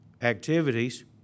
activities